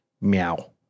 meow